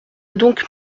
donc